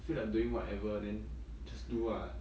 feel like doing whatever and then just do ah